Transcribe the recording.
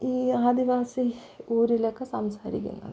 ഈ ആദിവാസി ഊരിലൊക്കെ സംസാരിക്കുന്നത്